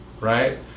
right